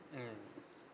mmhmm